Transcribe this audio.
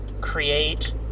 create